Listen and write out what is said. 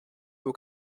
aux